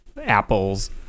apples